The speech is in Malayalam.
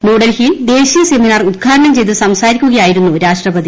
ന്യൂഡൽഹിയിൽ ദേശീയ സെമിനാർ ഉദ്ഘാടനം ചെയ്ത് സംസാരിക്കുകയായിരുന്നു രാഷ്ട്രപതി